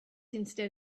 instead